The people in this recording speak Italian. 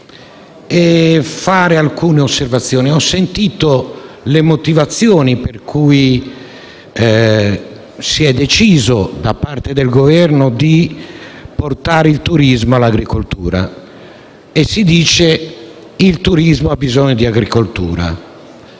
e fare alcune osservazioni. Ho sentito le motivazioni per cui si è deciso, da parte del Governo, di portare il turismo all'agricoltura. Si dice che il turismo ha bisogno di agricoltura.